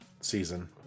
season